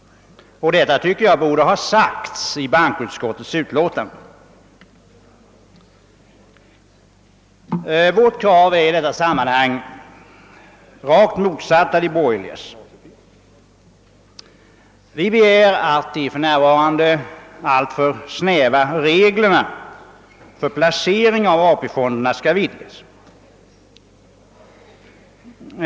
Detta tycker jag borde ha sagts i bankoutskottets utlåtande. Vårt krav är i detta sammanhang rakt motsatt de borgerligas. Vi begär att de f.n. alltför snäva reglerna för placering av AP-fonderna skall vidgas.